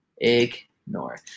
ignore